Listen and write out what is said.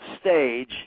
stage